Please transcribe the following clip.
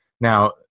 now